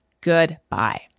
Goodbye